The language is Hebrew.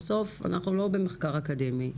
בסוף אנחנו לא במחקר אקדמי.